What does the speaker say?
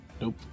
Nope